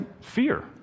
Fear